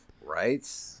right